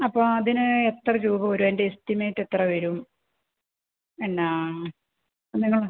അപ്പോൾ അതിന് എത്ര രൂപ വരും എസ്റ്റിമേറ്റ് എത്ര വരും എന്നാൽ എങ്ങനെ